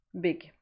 big